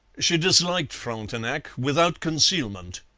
she disliked frontenac, without concealment.